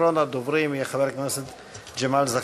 אחרון הדוברים יהיה חבר הכנסת ג'מאל זחאלקה.